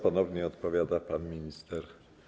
Ponownie odpowiada pan minister.